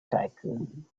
tycoon